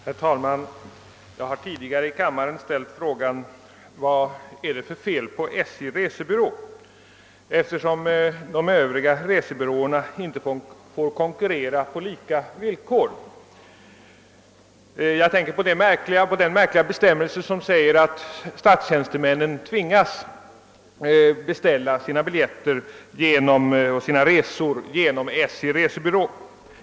Herr talman! Jag har tidigare i kammaren ställt frågan: »Vad det är för fel på SJ:s resebyråer eftersom de övriga resebyråerna inte får konkurrera på lika villkor?» Jag tänker då på den märkliga bestämmelse enligt vilken statstjänstemännen tvingas beställa sina resor genom SJ:s resebyråer.